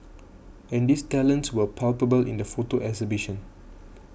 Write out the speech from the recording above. and these talents were palpable in the photo exhibition